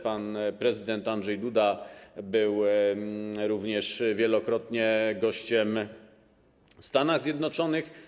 Pan prezydent Andrzej Duda był również wielokrotnie gościem w Stanach Zjednoczonych.